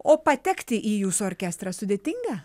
o patekti į jūsų orkestrą sudėtinga